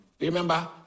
Remember